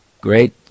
great